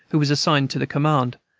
who was assigned to the command,